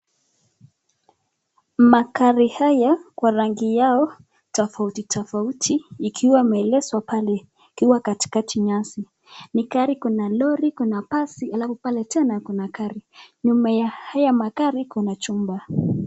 Magari haya kwa rangi yao tafauti tafauti ikiwa imeegezwa pale ikiwa katika nyasi , gari, kuna lori kuna basi alafu pale tena kuna gari nyuma ya haya magari ni machumba.